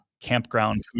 campground